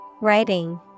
Writing